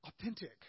authentic